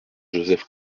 joseph